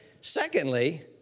Secondly